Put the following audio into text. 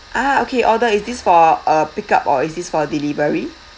ah okay order is this for uh pick up or is this for delivery